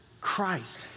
Christ